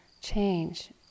change